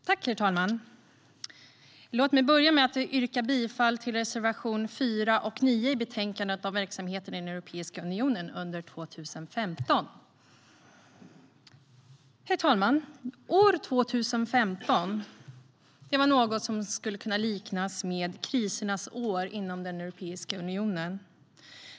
Herr talman! Låt mig börja med att yrka bifall till reservationerna 4 och 9 i betänkandet om verksamheten i Europeiska unionen under 2015. År 2015 var något som skulle kunna kallas krisernas år inom Europeiska unionen.